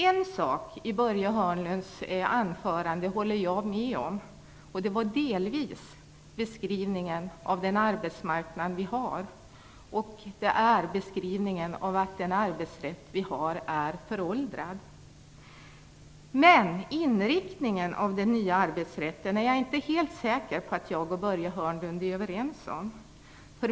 En sak i Börje Hörnlunds anförande håller jag med om delvis, och det var beskrivningen av den arbetsmarknad vi har, nämligen att den arbetsrätt vi har är föråldrad. Men när det gäller inriktningen av den nya arbetsrätten är jag inte helt säker på att jag och Börje Hörnlund är överens.